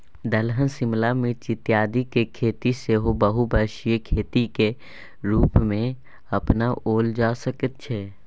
दलहन शिमला मिर्च इत्यादिक खेती सेहो बहुवर्षीय खेतीक रूपमे अपनाओल जा सकैत छै